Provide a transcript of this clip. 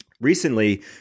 recently